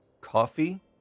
coffee